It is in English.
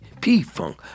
P-funk